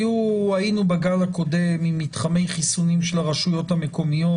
היינו בגל הקודם עם מתחמי חיסונים של הרשויות המקומיות